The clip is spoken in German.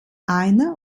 eine